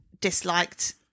disliked